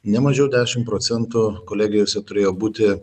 ne mažiau dešimt procentų kolegijose turėjo būti